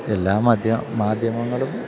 എല്ലാ മാധ്യമങ്ങളും